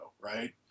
right